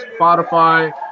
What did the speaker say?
Spotify